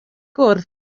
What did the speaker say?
gwrdd